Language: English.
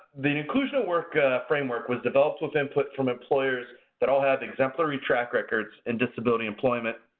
the inclusion at work framework was developed with input from employers that all have exemplary track records in disability employment.